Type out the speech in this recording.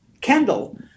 Kendall